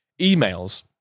emails